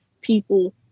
people